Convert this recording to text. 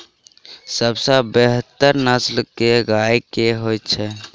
सबसँ बेहतर नस्ल केँ गाय केँ होइ छै?